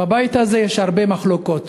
בבית הזה יש הרבה מחלוקות,